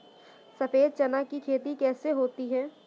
सफेद चना की खेती कैसे होती है?